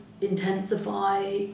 intensify